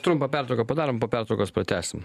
trumpą pertrauką padarom po pertraukos pratęsim